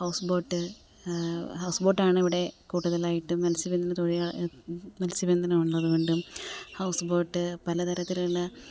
house boat house ബോട്ടാണിവിടെ കുടുതലായിട്ടും മൽസ്യബന്ധന തുഴയ മൽസ്യബന്ധനം ഉള്ളതുകൊണ്ടും ഹൗസ് ബോട്ട് പലതരത്തിലുള്ള